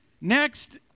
Next